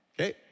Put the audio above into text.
Okay